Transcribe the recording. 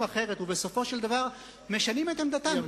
אחרת ובסופו של דבר משנים את עמדתם,